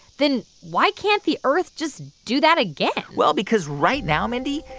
then why can't the earth just do that again? well, because right now, mindy,